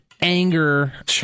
anger